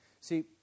See